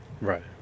Right